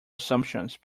assumptions